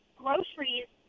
groceries